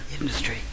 industry